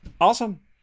awesome